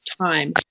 time